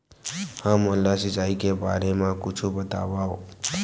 हमन ला सिंचाई के बारे मा कुछु बतावव?